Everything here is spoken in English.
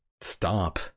stop